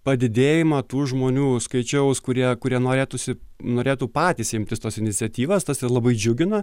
padidėjimą tų žmonių skaičiaus kurie kurie norėtųsi norėtų patys imtis tos iniciatyvos tas ir labai džiugina